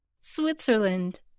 Switzerland